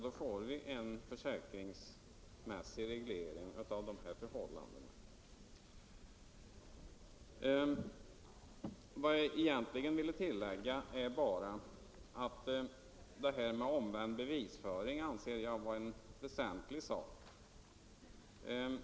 Då får vi en försäkringsmässig reglering av dessa förhållanden. Vad jag egentligen ville tillägga är bara att jag anser att det här med bevisföring är en väsentlig sak.